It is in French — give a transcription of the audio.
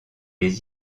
les